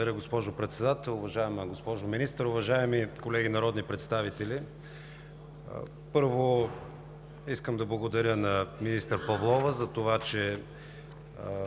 Благодаря, госпожо Председател. Уважаема госпожо Министър, уважаеми колеги народни представители! Първо, искам да благодаря на министър Павлова за това, че